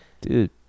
Dude